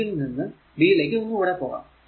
1 b യിലേക്ക് ഒന്ന് കൂടെ പോകാം